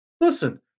Listen